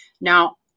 Now